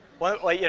well, you know,